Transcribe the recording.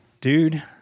Dude